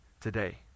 today